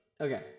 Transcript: Okay